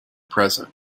present